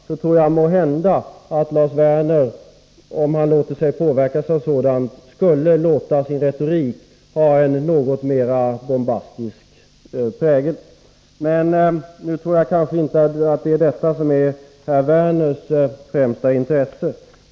Då tror jag att Lars Werner, om han låter sig påverkas av sådant, skulle ge sin retorik en något mindre bombastisk prägel. Men nu tror jag inte att det är detta som är herr Werners främsta intresse.